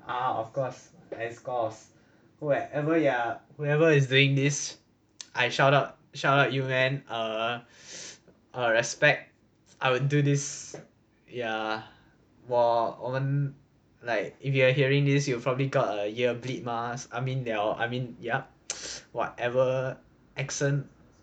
ah of course of course whoever ya whoever is doing this I shout out shout out you man err respect I would do this ya 我我们 like if you're hearing this you will probably got a ear bleed mah I mean liao I mean yup whatever accent